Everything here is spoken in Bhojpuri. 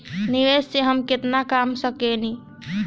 निवेश से हम केतना कमा सकेनी?